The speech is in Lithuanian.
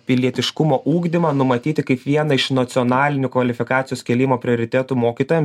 pilietiškumo ugdymą numatyti kaip vieną iš nacionalinių kvalifikacijos kėlimo prioritetų mokytojam